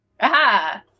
Aha